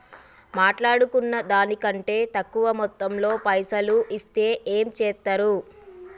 మాట్లాడుకున్న దాని కంటే తక్కువ మొత్తంలో పైసలు ఇస్తే ఏం చేత్తరు?